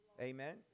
Amen